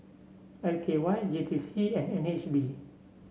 L K Y J T C and N H B